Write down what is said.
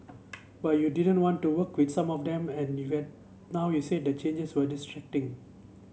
but you didn't want to work with some of them and even now you said that the changes were distracting